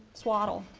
swaddle.